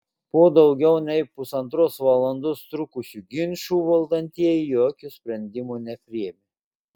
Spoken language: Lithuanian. po daugiau nei pusantros valandos trukusių ginčų valdantieji jokio sprendimo nepriėmė